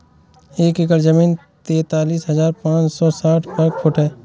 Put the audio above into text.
एक एकड़ जमीन तैंतालीस हजार पांच सौ साठ वर्ग फुट है